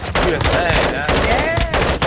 he was mad, huh? yeah